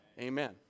Amen